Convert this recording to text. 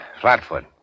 Flatfoot